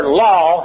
law